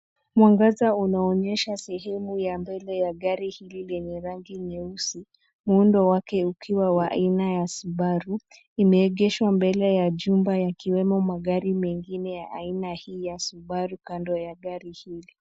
Mwangaza unaonyesha sehemu ya mbele ya gari lenye rangi nyeusi, muundo wake ukiwa wa aina ya Subaru. Imeegeshwa mbele ya jumba yakiwemo magari mengine ya aina hii ya subaru, kando ya gari hili.